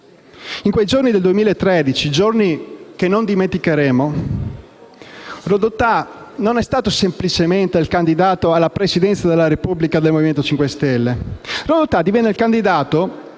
In quei giorni del 2013, giorni che non dimenticheremo, Rodotà non è stato semplicemente il candidato alla Presidenza della Repubblica del Movimento 5 Stelle: Rodotà divenne il candidato